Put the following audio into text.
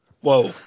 Whoa